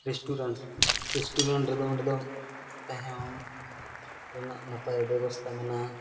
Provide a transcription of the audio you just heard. restaurant restaurant ᱨᱮᱫᱚ ᱚᱸᱰᱮ ᱫᱚ ᱛᱮᱦᱮᱸᱦᱚᱢ ᱛᱮᱦᱮᱱᱟᱜ ᱱᱟᱯᱟᱭ ᱵᱮᱵᱚᱥᱛᱟ ᱢᱮᱱᱟᱜᱼᱟ